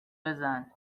بزن